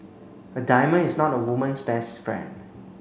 a diamond is not a woman's best friend